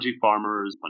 farmers